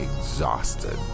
exhausted